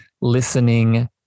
listening